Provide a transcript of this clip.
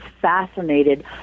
fascinated